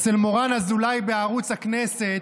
אצל מורן אזולאי בערוץ הכנסת,